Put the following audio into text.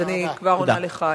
אז אני כבר עונה לך.